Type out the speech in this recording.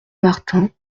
martin